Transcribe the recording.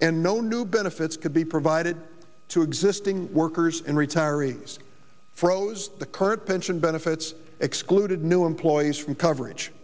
and no new benefits could be provided to existing workers and retirees froze the current pension benefits excluded new employees from coverage